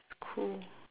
it's cool